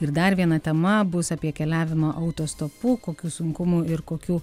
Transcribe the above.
ir dar viena tema bus apie keliavimą autostopu kokių sunkumų ir kokių